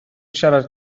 siarad